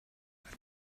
het